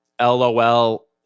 LOL